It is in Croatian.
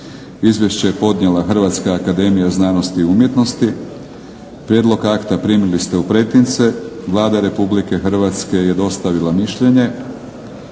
Izvješće je podnijela Hrvatska akademija znanosti i umjetnosti. Prijedlog akta primili ste u pretince. Vlada Republike Hrvatske je dostavila mišljenje.